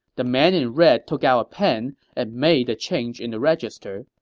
the man in red took out a pen and made the change in the register,